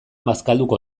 bazkalduko